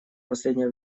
последнее